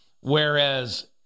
whereas